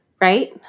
Right